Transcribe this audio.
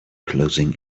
closing